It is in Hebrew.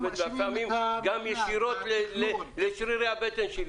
לפעמים גם ישירות לשרירי הבטן שלי.